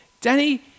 Danny